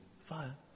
Fire